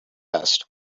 asked